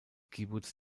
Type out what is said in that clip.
kibbuz